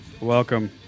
welcome